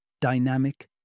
dynamic